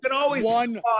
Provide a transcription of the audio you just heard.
one